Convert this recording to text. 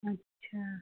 अच्छा